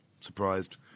surprised